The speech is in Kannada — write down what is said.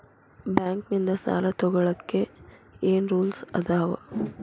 ಬ್ಯಾಂಕ್ ನಿಂದ್ ಸಾಲ ತೊಗೋಳಕ್ಕೆ ಏನ್ ರೂಲ್ಸ್ ಅದಾವ?